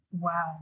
Wow